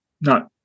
no